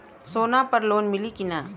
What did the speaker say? सोना पर लोन मिली की ना?